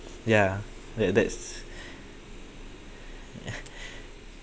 ya that that's